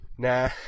Nah